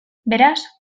beraz